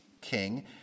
king